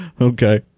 Okay